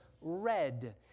red